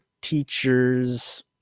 teachers